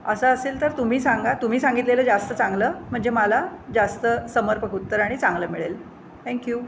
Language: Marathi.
असं असेल तर तुम्ही सांगा तुम्ही सांगितलेलं जास्त चांगलं म्हणजे मला जास्त समर्पक उत्तर आणि चांगलं मिळेल थँक यू